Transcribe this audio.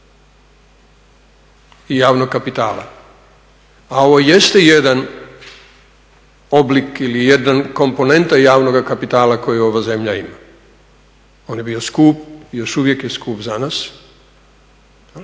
i javnog kapitala? A ovo jeste jedan oblik ili jedna komponenta javnoga kapitala koji ova zemlja ima. On je bio skup i još uvijek je skup za nas, sam